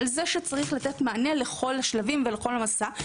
לכך שצריך לתת מענה לכל השלבים ולכל המסע.